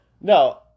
No